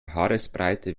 haaresbreite